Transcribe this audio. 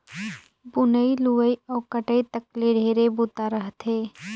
बुनई, लुवई अउ कटई तक ले ढेरे बूता रहथे